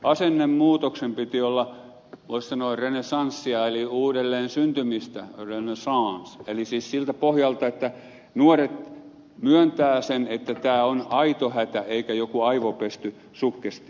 asennemuutoksen piti olla voisi sanoa renessanssia eli uudelleensyntymistä renaissance sisiltä pohjalta että nuoret myöntävät sen että tämä on aito hätä eikä joku aivopesty suggestio